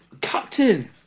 captain